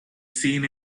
seen